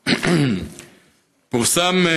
פורסם,